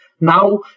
now